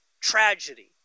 tragedy